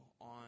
on